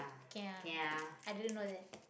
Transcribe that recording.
khia i didn't know that